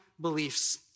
beliefs